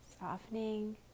Softening